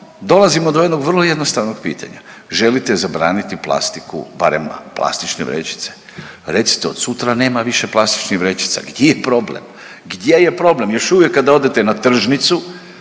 dolazimo do jednog vrlo jednostavnog pitanja. Želite zabraniti plastiku? Barem plastične vrećice. Recite, od sutra nema više plastičnih vrećica. Gdje je problem? Gdje je problem? Još uvijek kada odete na tržnicu,